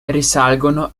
risalgono